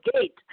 gate